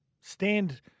stand